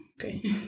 okay